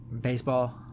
baseball